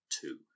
two